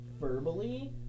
verbally